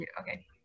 Okay